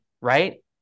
right